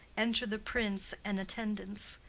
enter the prince and attendants.